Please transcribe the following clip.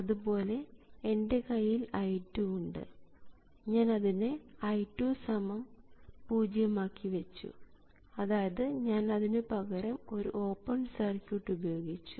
അതുപോലെ എൻറെ കയ്യിൽ I2 ഉണ്ട് ഞാൻ അതിനെ I20 ആക്കി വെച്ചു അതായത് ഞാൻ അതിനുപകരം ഒരു ഓപ്പൺ സർക്യൂട്ട് ഉപയോഗിച്ചു